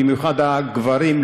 במיוחד הגברים,